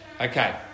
Okay